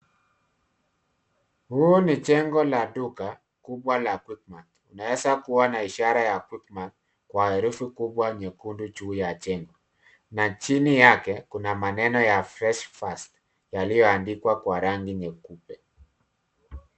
Huu ni jengo la duka kubwa Quick Mart. Unaweza kuona na ishara ya Quick Mart kwa herufi kubwa nyekundu juu ya jengo, na chini yake kuna maneno ya fresh fast yaliyoandikwa kwa rangi nyeupe.